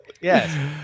Yes